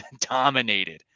dominated